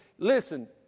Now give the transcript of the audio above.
Listen